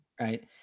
right